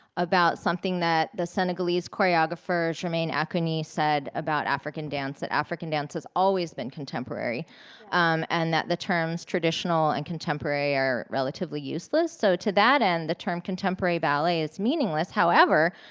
about something that the senegalese choreographer germaine acogny said about african dance, that african dance has always been contemporary and that the terms traditional and contemporary are relatively useless. so to that end, the term contemporary ballet is meaningless. however,